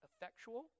effectual